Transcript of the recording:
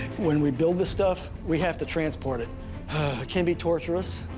when we build this stuff, we have to transport it. it can be torturous.